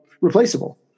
replaceable